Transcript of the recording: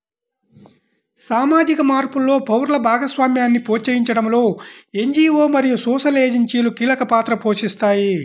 సామాజిక మార్పులో పౌరుల భాగస్వామ్యాన్ని ప్రోత్సహించడంలో ఎన్.జీ.వో మరియు సోషల్ ఏజెన్సీలు కీలక పాత్ర పోషిస్తాయి